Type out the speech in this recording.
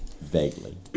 Vaguely